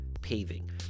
paving